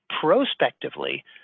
prospectively